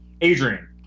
Adrian